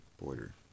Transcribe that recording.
border